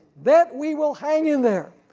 that we will hang in there,